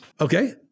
Okay